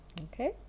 okay